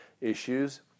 issues